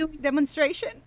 demonstration